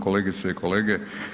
Kolegice i kolege.